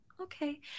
Okay